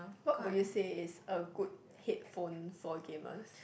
what would you say is a good headphone for gamers